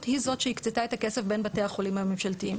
היא זאת שהקצתה את הכסף בין בתי החולים הממשלתיים.